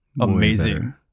amazing